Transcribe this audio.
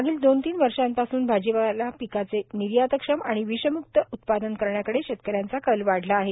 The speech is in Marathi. मागील दोन तीन वर्षापासून भाजीपाला पिकाचे निर्यातक्षम आणि विषम्क्त उत्पादन करण्याकडे शेतकऱ्यांचा कल वाढला आहे